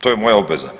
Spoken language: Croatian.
To je moja obveza.